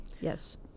Yes